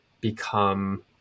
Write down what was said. become